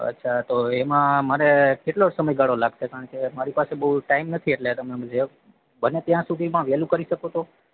અચ્છા તો એમાં મને કેટલો સમયગાળો લાગશે કારણકે મારી જોડે બહુ ટાઈમ નથી એટલે તમે જે બને ત્યાં સુધીમાં વહેલું કરી શકો તો